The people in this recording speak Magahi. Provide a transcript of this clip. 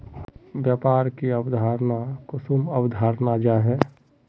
व्यापार की अवधारण कुंसम अवधारण जाहा?